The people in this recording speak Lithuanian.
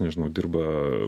nežinau dirba